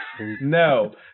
No